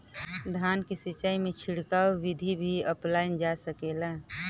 धान के सिचाई में छिड़काव बिधि भी अपनाइल जा सकेला?